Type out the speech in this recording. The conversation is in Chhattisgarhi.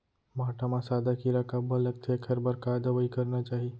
भांटा म सादा कीरा काबर लगथे एखर बर का दवई करना चाही?